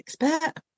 expert